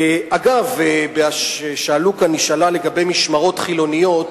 אגב, שאלו כאן, נשאלה שאלה לגבי משמרות חילוניות,